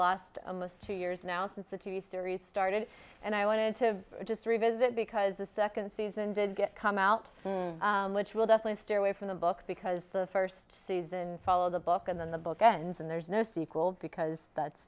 last two years now since the t v series started and i wanted to just revisit because the second season did get come out which will definitely steer away from the book because the first season follow the book and then the book ends and there's no sequel because that's